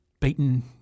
beaten